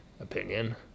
opinion